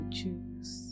choose